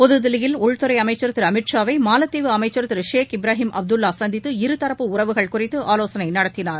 புதுதில்லியில் உள்துறை அமைச்சர் திரு அமித் ஷாவை மாலத்தீவு அமைச்சர் திரு ஷேக் இப்ராஹிம் அப்துல்லா சந்தித்து இருதரப்பு உறவுகள் குறித்து ஆலோசனை நடத்தினார்